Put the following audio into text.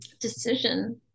decision